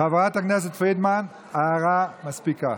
חברת הכנסת פרידמן, ההערה מספיקה.